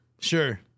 Sure